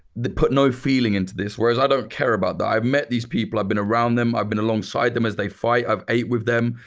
put no feeling into this. whereas i don't care about that. i've met these people, i've been around them. i've been alongside them as they fight. i've ate with them.